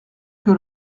que